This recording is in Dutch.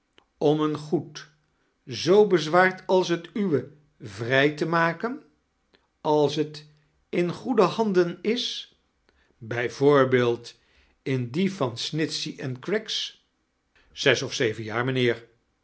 om een goed zoo bezwaard ate het uwe vrij te maken alls t in goed handen is bij voorbeeld in die van snitehey em craggs zes of zeven jaar mijnheer